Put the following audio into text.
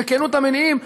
בכנות המניעים,